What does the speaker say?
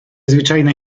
zwyczajne